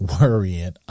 worrying